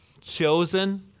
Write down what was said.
chosen